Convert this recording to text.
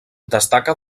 destaca